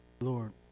Lord